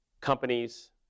companies